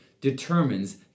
determines